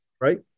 Right